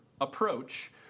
approach